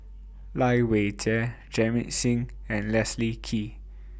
Lai Weijie Jamit Singh and Leslie Kee